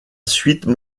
suite